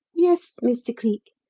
yes, mr. cleek.